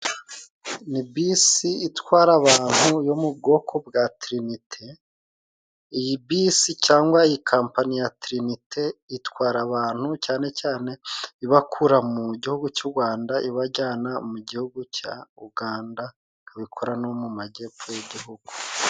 Ni bisi itwara abantu yo mu bwoko bwa tirinite, iyi bisi cyangwa kampani ya tirinite itwara abantu cyane cyane ibakura mu gihugu cy'u Rwanda ibajyana mu gihugu cya Uganda, ikaba ikora no mu majyepfo y'igihugu.